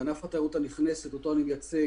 וענף התיירות הנכנסת אותו אני מייצג,